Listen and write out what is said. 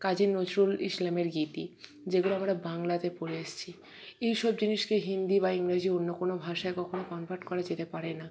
কাজি নজরুল ইসলামের গীতি যেগুলো আমরা বাংলাতে পড়ে এসছি এইসব জিনিসকে হিন্দি বা ইংরাজি অন্য কোনো ভাষায় কখনো কনভার্ট করা যেতে পারে না